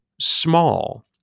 small